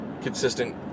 consistent